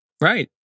right